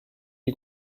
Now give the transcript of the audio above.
die